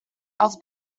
auf